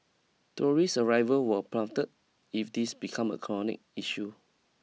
tourist arrival will plummet if this become a chronic issue